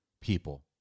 people